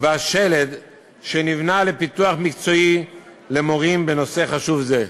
והשלד שנבנה לפיתוח מקצועי למורים בנושא חשוב זה.